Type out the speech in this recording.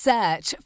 Search